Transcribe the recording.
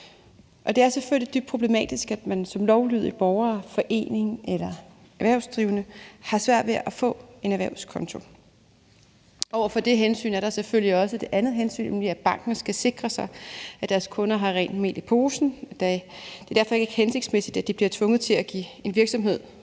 Det er selvfølgelig dybt problematisk, at man som lovlydig borger, forening eller erhvervsdrivende har svært ved at få en erhvervskonto. Over for det hensyn er der selvfølgelig også et andet hensyn, nemlig at bankerne skal sikre sig, at deres kunder har rent mel i posen. Det er derfor ikke hensigtsmæssigt, at de bliver tvunget til at give en virksomhed,